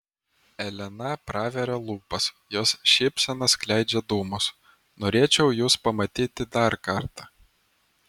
elena praveria lūpas jos šypsena skleidžia dūmus norėčiau jus pamatyti dar kartą